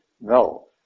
No